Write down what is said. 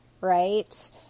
right